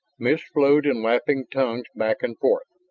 mist flowed in lapping tongues back and forth,